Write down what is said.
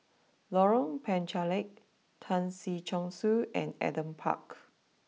Lorong Penchalak Tan Si Chong Su and Adam Park